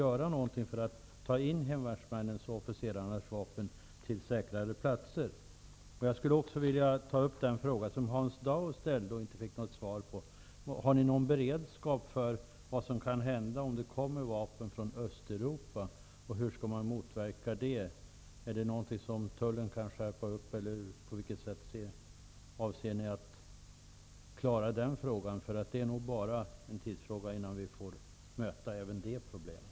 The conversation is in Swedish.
Jag skulle också vilja ta upp den fråga som Hans Dau ställde och inte fick något svar på: Har ni någon beredskap för vad som kan hända om det kommer vapen från Östeuropa, och hur skall man motverka det? Kan tullen skärpa sina rutiner eller på vilket sätt avser ni att klara den saken? Det är nog bara en tidsfråga innan vi möter även det problemet.